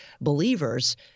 believers